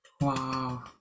Wow